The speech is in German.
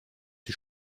die